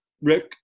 Rick